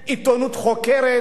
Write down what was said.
עיתונות חוקרת,